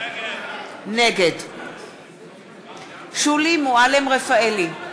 נגד שולי מועלם-רפאלי,